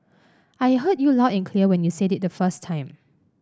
I heard you loud and clear when you said it the first time